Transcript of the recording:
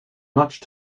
much